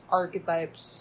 archetypes